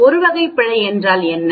1வகை பிழை என்றால் என்ன